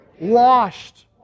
washed